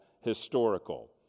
historical